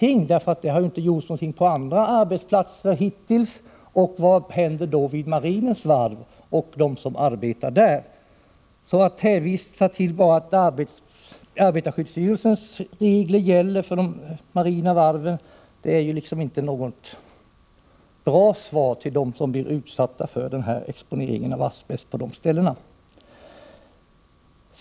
Arbetarskyddsstyrelsen har ju hittills inte gjort någonting på andra arbetsplatser. Vad händer då vid marinens varv och med dem som arbetar där? Att bara säga att arbetarskyddsstyrelsens regler gäller för de marina varven är inte något bra svar till dem som på dessa ställen blir utsatta för asbestexponering.